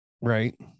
Right